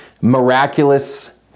miraculous